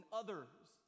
others